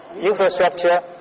infrastructure